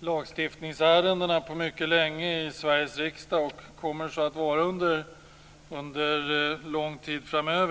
lagstiftningsärendena på mycket länge i Sveriges riksdag, och det kommer så att vara under lång tid framöver.